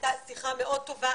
הייתה שיחה מאוד טובה,